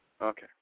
Okay